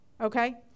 Okay